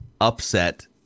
upset